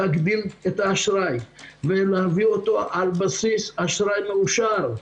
להגדיל את האשראי ולהעביר אותו על בסיס אשראי מאושר,